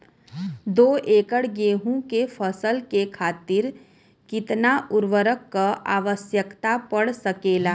दो एकड़ गेहूँ के फसल के खातीर कितना उर्वरक क आवश्यकता पड़ सकेल?